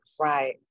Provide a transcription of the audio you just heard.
right